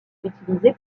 utilisée